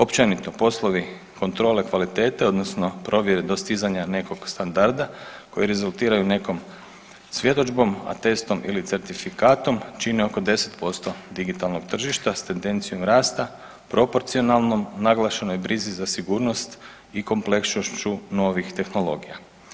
Općenito poslovi kontrole kvalitete, odnosno provjere dostizanja nekog standarda koji rezultiraju nekom svjedodžbom, atestom ili certifikatom čine oko 10% digitalnog tržišta s tendencijom rasta proporcionalnoj naglašenoj brizi za sigurnost i kompleksnošću novih tehnologija.